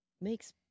makes